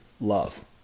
love